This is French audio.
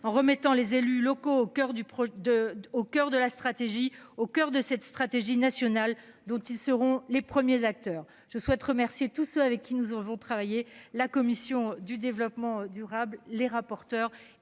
en remettant les élus locaux au coeur du projet de au coeur de la stratégie au coeur de cette stratégie nationale dont ils seront les premiers acteurs, je souhaite remercier tous ceux avec qui nous avons travaillé la commission du développement durable, les rapporteurs